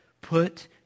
Put